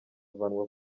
avanwa